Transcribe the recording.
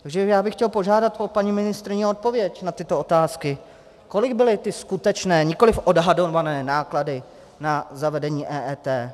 Takže já bych chtěl požádat paní ministryni o odpověď na tyto otázky: Kolik byly ty skutečné, nikoli odhadované náklady na zavedení EET.